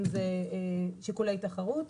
אם זה שיקולי תחרות.